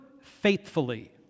faithfully